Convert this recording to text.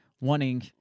wanting